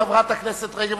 חברת הכנסת רגב,